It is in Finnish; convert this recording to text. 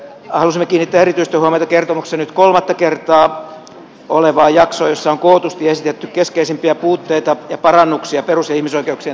halusimme kiinnittää erityistä huomiota kertomuksessa nyt kolmatta kertaa olevaan jaksoon jossa on kootusti esitetty keskeisimpiä puutteita ja parannuksia perus ja ihmisoikeuksien toteutumisessa